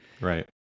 Right